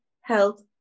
Health